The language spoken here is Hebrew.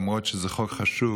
למרות שזה חוק חשוב,